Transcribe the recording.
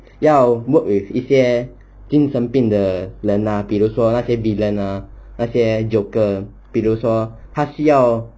要 work with 一些精神病的人 ah 比如说那些 villain ah 那些 joker ah 比如说他需要